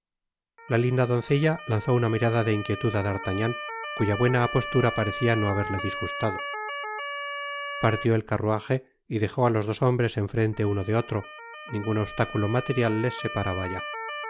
la linda doncella lanzó una mirada de inquietad á d'artagnan cuya buena apostura parecia no haberle disgustado partió et carruaje y dejó á los dos hombres en frente uno de otro ningun obstáculo material les separaba ya